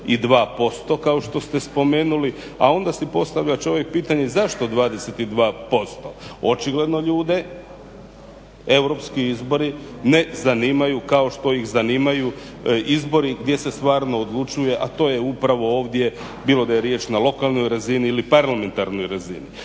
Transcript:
22% kao što ste spomenuli, a onda si postavlja čovjek pitanje zašto 22%? Očigledno ljude europski izbori ne zanimaju kao što ih zanimaju izbori gdje se stvarno odlučuje a to je upravo ovdje bilo da je riječ na lokalnoj razini ili parlamentarnoj razini.